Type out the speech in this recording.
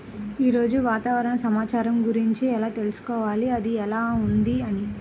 ఈరోజు వాతావరణ సమాచారం గురించి ఎలా తెలుసుకోవాలి అది ఎలా ఉంది అని?